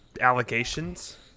allegations